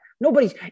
Nobody's